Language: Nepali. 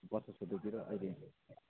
बतासको डोरी र अहिले